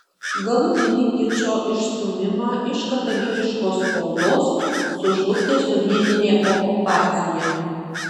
galutinį kičo išstūmimą iš katalikiškos spaudos sužlugdė sovietinė okupacija